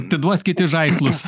atiduos kiti žaislus